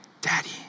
daddy